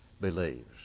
believes